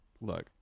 look